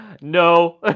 No